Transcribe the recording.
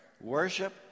worship